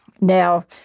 Now